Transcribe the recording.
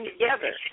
together